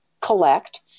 collect